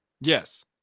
Yes